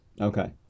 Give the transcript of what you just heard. okay